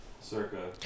Circa